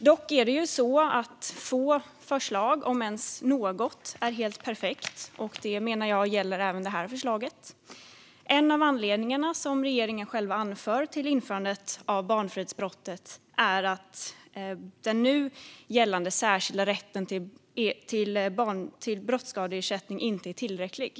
Dock är det ju så att få förslag, om ens något, är helt perfekta, och jag menar att det gäller även det här förslaget. En av de anledningar som regeringen själv anför till införandet av barnfridsbrottet är att den nu gällande särskilda rätten till brottsskadeersättning inte är tillräcklig.